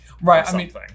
Right